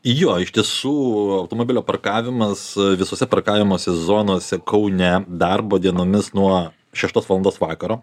jo iš tiesų automobilio parkavimas visose parkavimosi zonose kaune darbo dienomis nuo šeštos valandos vakaro